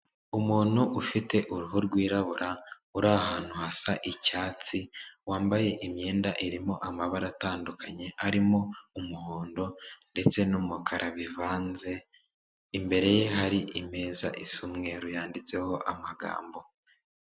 Umuntu ufite uruhu rwirabura, uri ahantu hasa icyatsi, wambaye imyenda irimo amabara atandukanye, arimo umuhondo ndetse n'umukara bivanze, imbere ye hari imeza isa umweru yanditseho amagambo.